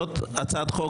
זאת הצעת חוק,